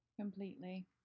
Completely